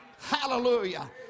Hallelujah